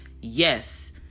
yes